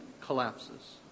collapses